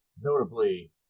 notably